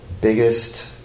biggest